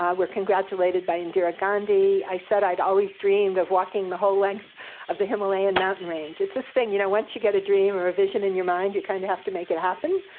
um we're congratulated by indira gandhi. i said i'd always dreamed of walking the whole length of the himalayan mountain range. it's a thing, you know once you get a dream or a vision in your mind, you kind of have to make it happen.